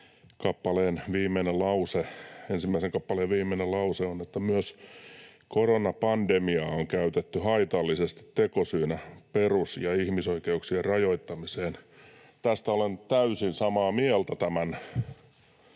ensimmäisen kappaleen viimeinen lause on: ”Myös koronapandemiaa on käytetty haitallisesti tekosyynä perus- ja ihmisoikeuksien rajoittamiseen.” Tästä olen täysin samaa mieltä tämän selonteon